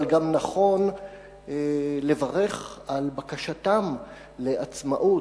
אבל גם נכון לברך על בקשתם לעצמאות.